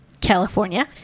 California